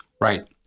Right